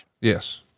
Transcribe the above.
Yes